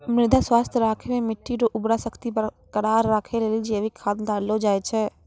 मृदा स्वास्थ्य राखै मे मट्टी रो उर्वरा शक्ति बरकरार राखै लेली जैविक खाद डाललो जाय छै